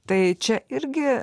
tai čia irgi